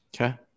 Okay